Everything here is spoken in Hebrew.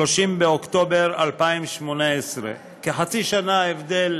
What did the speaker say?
30 באוקטובר 2018. יש כחצי שנה הבדל